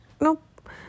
Nope